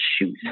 shoot